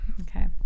okay